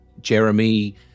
Jeremy